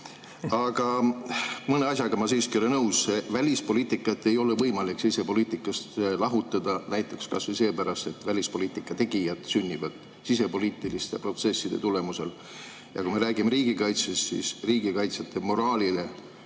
Aga mõne asjaga ma siiski ei ole nõus. Välispoliitikat ei ole võimalik sisepoliitikast lahutada, kas või seepärast, et välispoliitika tegijad sünnivad sisepoliitiliste protsesside tulemusel. Ja kui me räägime riigikaitsest, siis riigikaitsjate moraalile